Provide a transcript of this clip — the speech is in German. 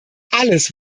alles